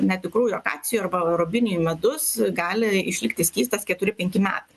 netikrųjų akacijų arba rubiniai medus gali išlikti skystas keturi penki metai